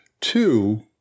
two